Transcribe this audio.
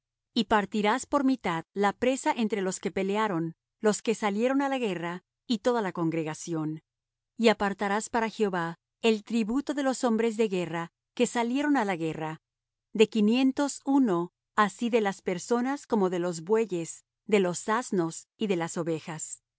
y partirás por mitad la presa entre los que pelearon los que salieron á la guerra y toda la congregación y apartarás para jehová el tributo de los hombres de guerra que salieron á la guerra de quinientos uno así de las personas como de los bueyes de los asnos y de las ovejas